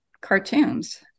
cartoons